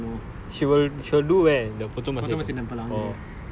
and then I I last time she was also telling me வெண்ணெ காப்பு பண்ணனும்:vennae kaappu pannanum